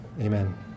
Amen